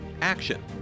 action